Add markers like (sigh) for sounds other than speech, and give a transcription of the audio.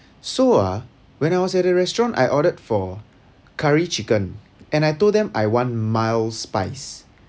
(breath) so ah when I was at the restaurant I ordered for curry chicken and I told them I want mild spice